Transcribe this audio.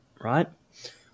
right